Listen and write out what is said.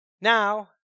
Now